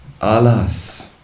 Alas